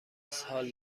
اسهال